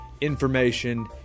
information